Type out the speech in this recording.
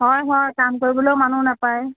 হয় হয় কাম কৰিবলৈও মানুহ নাপায়